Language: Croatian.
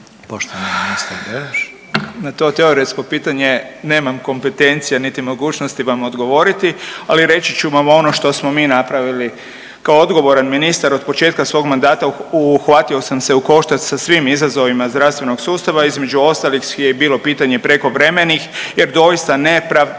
**Beroš, Vili (HDZ)** Na to teoretsko pitanje nemam kompetencije niti mogućnosti vam odgovoriti, ali reći ću vam ono što smo mi napravili. Kao odgovoran ministar od početka svog mandata uhvatio sam se u koštac sa svim izazovima zdravstvenog sustava između ostalih je bilo pitanje prekovremenih jer doista neopravdano